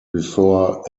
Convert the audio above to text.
before